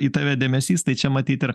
į tave dėmesys tai čia matyt ir